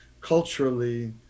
culturally